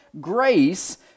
grace